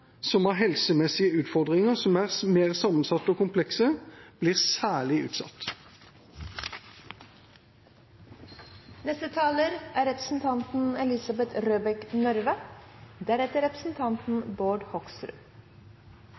som har helsemessige utfordringer som er mer sammensatte og komplekse, blir særlig